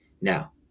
Now